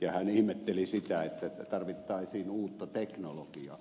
hän ihmetteli sitä että tarvittaisiin uutta teknologiaa